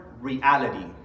reality